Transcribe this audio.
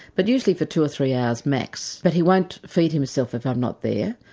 but usually for two or three hours max, but he won't feed himself if i'm not there.